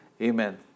amen